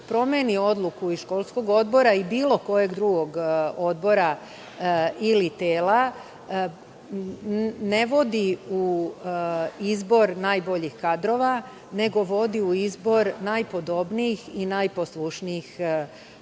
promeni odluku školskog odbora i bilo kog drugog odbora ili tela ne vodi u izboru najboljih kadrova, nego vodi u izbor najpodobnijih i najposlušnijih kadrova,